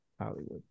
Hollywood